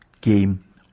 game